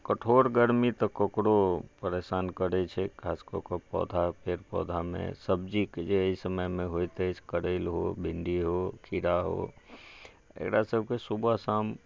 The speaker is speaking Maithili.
तऽ कठोर गर्मी तऽ ककरो परेशान करै छै खास कए कऽ पौधा पेड़ पौधामे सब्जीके एहि समयमे जे होइत अछि करेलो भिण्डियो खिराओ एकरा सभके सुबह शाम